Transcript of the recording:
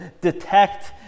detect